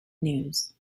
news